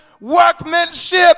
workmanship